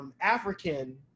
African